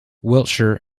wiltshire